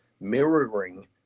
mirroring